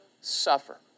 suffer